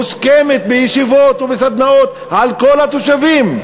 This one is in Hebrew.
מוסכמת בישיבות ובסדנאות על כל התושבים.